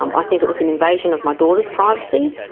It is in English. um i think it was an invasion of my daughter's privacy,